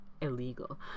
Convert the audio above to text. illegal